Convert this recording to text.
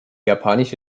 japanische